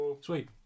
Sweet